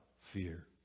fear